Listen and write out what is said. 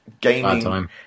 gaming